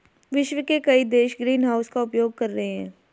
विश्व के कई देश ग्रीनहाउस का उपयोग कर रहे हैं